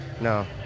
No